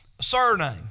Surname